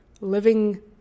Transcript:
living